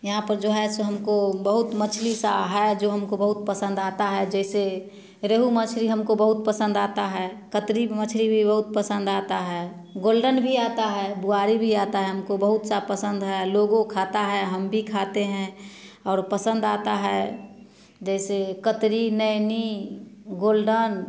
यहाँ पर जो है सो हमको बहुत मछली सा है जो हमको बहुत पसंद आता है जैसे रोहू मछली हमको बहुत पसंद आता है कतरी मछली भी बहुत पसंद आता है गोल्डन भी आता है बोआरी भी आता है हमको बहुत सा पसंद है लोगों खाता है हम भी खाते हैं और पसंद आता है जैसे कतरी नैनी गोल्डन